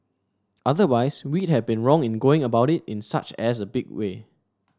otherwise we have been wrong in going about it in such as big way